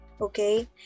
Okay